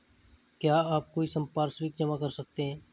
क्या आप कोई संपार्श्विक जमा कर सकते हैं?